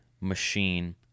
machine